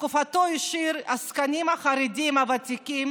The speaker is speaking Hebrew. בתקופתו השאיר את העסקנים החרדים הוותיקים